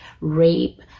rape